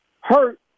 hurt